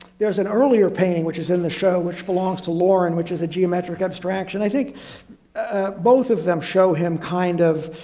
there's an earlier painting which is in the show, which belongs to lauren, which is a geometric abstraction. i think both of them show him kind of,